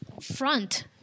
front